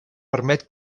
permet